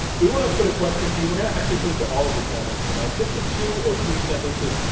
we want to put a question to you. we're going to actually put it to all of the panelists tonight, just in two or three sentences,